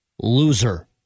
loser